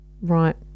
Right